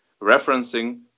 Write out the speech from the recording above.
referencing